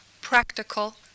practical